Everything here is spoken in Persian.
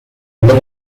اهداف